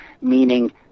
meaning